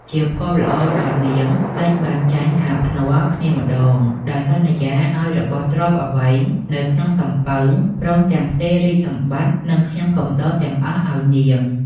ជាភ័ព្វល្អដល់នាង ស្ដេចបានចាញ់ការភ្នាល់គ្នាម្ដង ដោយសន្យាឲ្យរបស់ទ្រព្យអ្វីនៅក្នុងសំពៅ ព្រមទាំងផ្ទេររាជសម្បត្តិ និងខ្ញុំកំដរទាំងអស់ឲ្យនាង ។